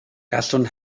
gallwn